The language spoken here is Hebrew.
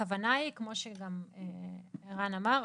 כמו שערן אמר,